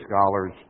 scholars